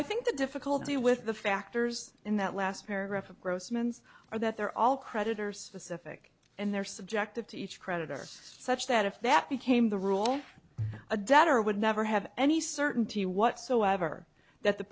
i think the difficulty with the factors in that last paragraph of grossman's are that they're all creditors pacific and they're subjective to each creditor such that if that became the rule a debtor would never have any certainty whatsoever that the